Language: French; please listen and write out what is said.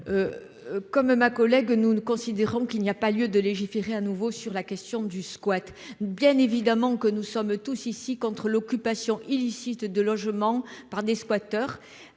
Comme ma collègue, nous ne considérons qu'il n'y a pas lieu de légiférer à nouveau sur la question du squat. Bien évidemment que nous sommes tous ici contre l'occupation illicite de logements par des squatters.